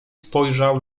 spojrzał